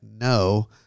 No